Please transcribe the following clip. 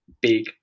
big